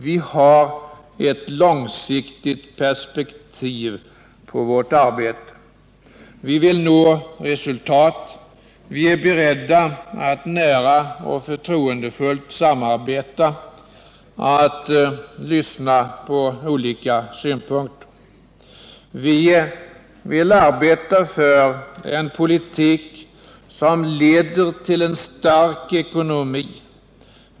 Vi har ett långsiktigt perspektiv på vårt arbete och vi vill nå resultat. Vi är också beredda till ett nära och förtroendefullt samarbete, och vi vill lyssna på olika synpunkter. Vi vill vidare arbeta för en politik som leder till en stark ekonomi.